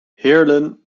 heerlen